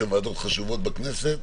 שהן חשובות בכנסת,